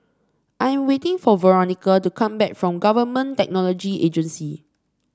I am waiting for Veronica to come back from Government Technology Agency